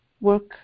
work